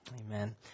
Amen